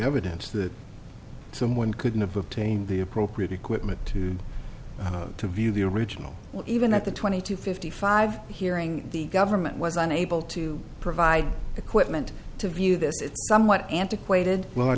evidence that someone couldn't have obtained the appropriate equipment to to view the original even at the twenty two fifty five hearing the government was unable to provide equipment to view this it's somewhat antiquated